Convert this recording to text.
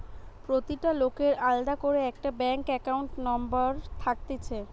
প্রতিটা লোকের আলদা করে একটা ব্যাঙ্ক একাউন্ট নম্বর থাকতিছে